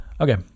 Okay